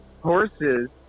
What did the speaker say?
Horses